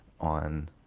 on